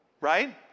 right